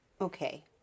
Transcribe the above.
Okay